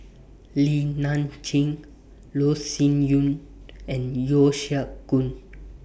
Li Nanxing Loh Sin Yun and Yeo Siak Goon